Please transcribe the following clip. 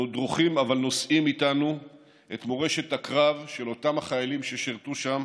אנו דרוכים אבל נושאים איתנו את מורשת הקרב של אותם החיילים ששירתו שם